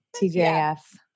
TJF